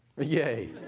Yay